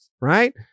right